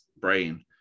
brain